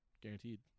guaranteed